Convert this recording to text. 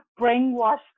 brainwashed